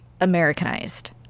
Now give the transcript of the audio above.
Americanized